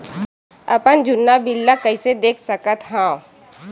अपन जुन्ना बिल ला कइसे देख सकत हाव?